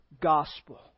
Gospel